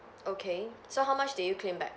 okay so how much did you claim back